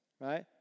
right